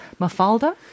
Mafalda